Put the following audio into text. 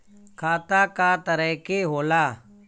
खाता क तरह के होला?